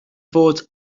fod